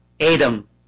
Adam